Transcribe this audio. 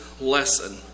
lesson